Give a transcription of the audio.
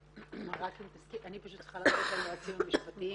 אני פשוט צריכה ללכת ליועצים המשפטיים,